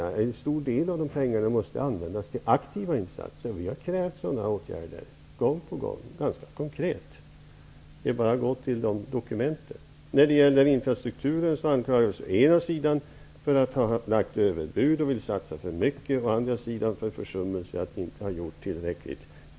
En stor del av de pengarna måste användas till aktiva insatser. Vi har gång på gång krävt sådana, ganska konkreta åtgärder. Det är bara att gå till dokumenten och se efter. När det gäller infrastrukturen anklagas vi å ena sidan för att ha lagt överbud och för att vilja satsa för mycket, å andra sidan för försummelsen att inte ha gjort tillräckligt.